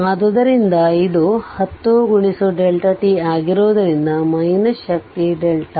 ಆದ್ದರಿಂದ ಇದು 10 Δ t ಆಗಿರುವುದರಿಂದ ಶಕ್ತಿ 10